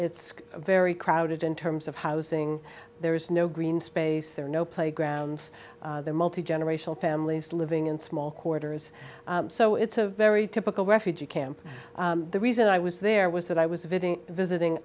it's very crowded in terms of housing there is no green space there are no playgrounds there multigenerational families living in small quarters so it's a very typical refugee camp the reason i was there was that i was visiting